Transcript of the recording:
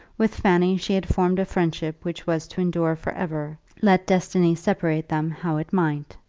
with fanny she had formed a friendship which was to endure for ever, let destiny separate them how it might.